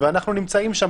ואנחנו נמצאים שם.